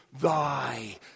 thy